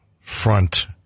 front